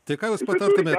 tai ką jūs patartumėt